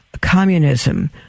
communism